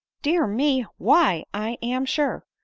dear me! why, i am sure!